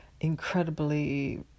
incredibly